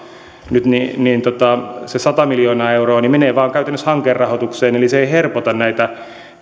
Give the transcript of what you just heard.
nyt se sata miljoonaa euroa menevät käytännössä vain hankerahoitukseen eli se ei helpota näitä